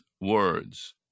words